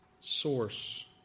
source